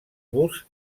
busts